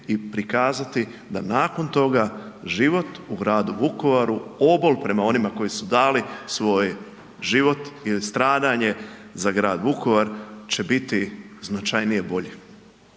i prikazati da nakon toga život u gradu Vukovaru, obol prema onima koji su dali svoj život ili stradanje za grad Vukovar će biti značajnije i bolje.